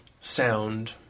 sound